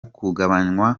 kugabanywa